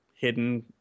hidden